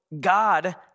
God